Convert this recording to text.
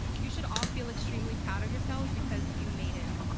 you should all feel extremely proud of yourselves because you made it.